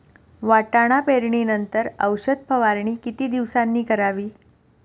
वाटाणा पेरणी नंतर औषध फवारणी किती दिवसांनी करावी?